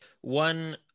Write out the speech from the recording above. one